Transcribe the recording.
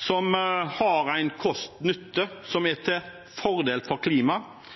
som har en kost–nytte-effekt som er til fordel for klimaet,